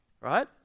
Right